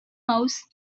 house